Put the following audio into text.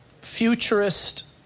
futurist